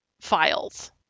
files